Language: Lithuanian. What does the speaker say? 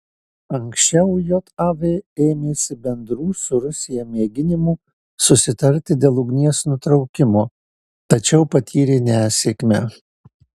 anksčiau jav ėmėsi bendrų su rusija mėginimų susitarti dėl ugnies nutraukimo tačiau patyrė nesėkmę